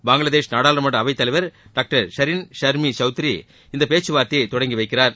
பங்களாதேஷ் நாடாளுமன்ற அவைத்தலைவர் டாக்டர் ஷர்மி இந்த பேச்சுவார்த்தையை தொடங்கி வைக்கிறார்